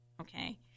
okay